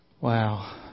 Wow